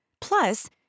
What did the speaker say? Plus